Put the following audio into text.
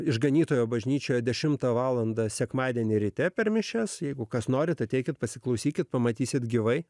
išganytojo bažnyčioje dešimtą valandą sekmadienį ryte per mišias jeigu kas norite ateikit pasiklausykit pamatysite gyvai